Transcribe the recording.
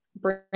bring